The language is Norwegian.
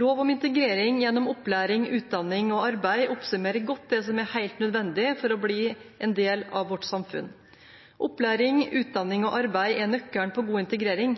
Lov om integrering gjennom opplæring, utdanning og arbeid oppsummerer godt det som er helt nødvendig for å bli en del av vårt samfunn. Opplæring, utdanning og arbeid er nøkkelen til god integrering,